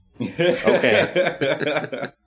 okay